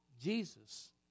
Jesus